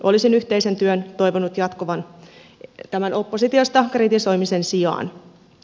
olisin yhteisen työn toivonut jatkuvan tämän oppositiosta kritisoimisen sijaan